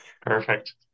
Perfect